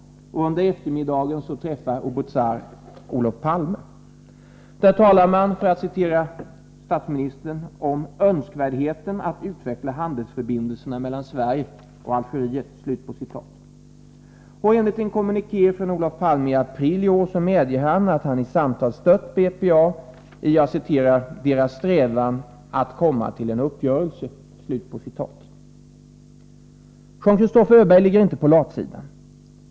Under eftermiddagen träffar Oubouzar Olof Palme. Där talar man, för att citera statsministern, om ”önskvärdheten att utveckla handelsförbindelserna mellan Sverige och Algeriet”. Enligt en kommuniké från Olof Palme i april i år medger han att han i samtal stött BPA i ”deras strävan att komma till en uppgörelse”. Jean-Christophe Öberg ligger inte på latsidan.